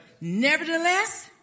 nevertheless